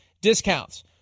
discounts